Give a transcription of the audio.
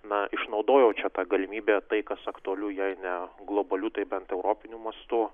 na išnaudojau čia tą galimybę tai kas aktualiu jei ne globaliu tai bent europiniu mastu